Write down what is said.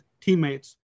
teammates